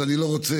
אז אני לא רוצה,